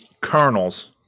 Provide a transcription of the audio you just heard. Colonels